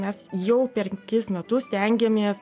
mes jau penkis metus stengiamės